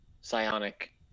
psionic